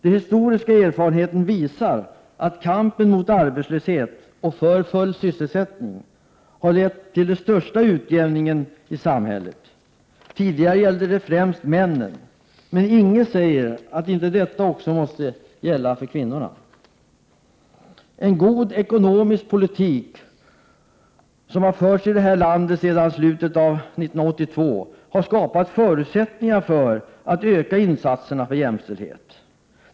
Den historiska erfarenheten visar att kampen mot arbetslöshet och för full sysselsättning har lett till den största utjämningen i samhället. Tidigare gällde det främst männen, men inget säger att inte detta också måste gälla kvinnorna. En god ekonomisk politik, som har förts i det här landet sedan slutet av 1982, har skapat förutsättningar för att öka insatserna för jämställdhet.